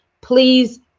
Please